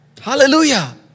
Hallelujah